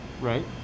Right